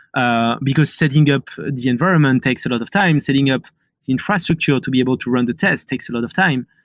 ah because setting up the environment takes a lot of time. setting up the infrastructure to be able to run the test takes a lot of time.